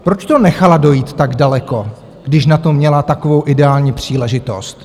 Proč to nechala dojít tak daleko, když na to měla takovou ideální příležitost?